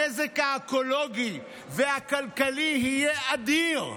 הנזק האקולוגי והכלכלי יהיה אדיר.